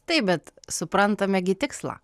taip bet suprantame gi tikslą